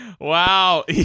Wow